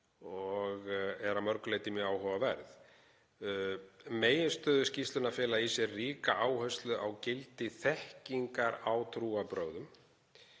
og er að mörgu leyti mjög áhugaverð. Meginniðurstöður skýrslunnar fela í sér ríka áherslu á gildi þekkingar á trúarbrögðum.